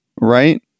right